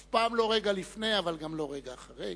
אף פעם לא רגע לפני אבל גם לא רגע אחרי,